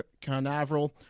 Canaveral